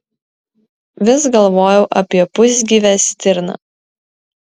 vis galvojau apie pusgyvę stirną